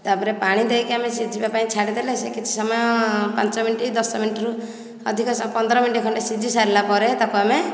ତାପରେ ପାଣି ଦେଇକି ଆମେ ସିଝିବା ପାଇଁ ଛାଡ଼ିଦେଲେ ସେ କିଛି ସମୟ ପାଞ୍ଚ ମିନିଟ୍ ଦଶ ମିନିଟ୍ ରୁ ଅଧିକ ପନ୍ଦର ମିନିଟ୍ ଖଣ୍ଡେ ସିଝି ସାରିଲା ପରେ ତାକୁ ଆମେ